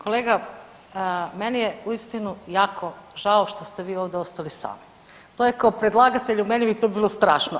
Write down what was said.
Kolega meni je uistinu jako žao što ste vi ovdje ostali sami, to je kao predlagatelju meni bi to bilo strašno.